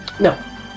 No